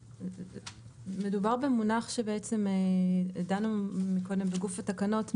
מדובר במונח שבעצם דנו מקודם בגוף התקנות.